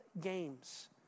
games